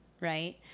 right